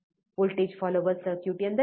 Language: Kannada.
ವೋಲ್ಟೇಜ್ ಫಾಲೋಯರ್ ಸರ್ಕ್ಯೂಟ್ ಎಂದರೇನು